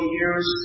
years